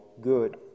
good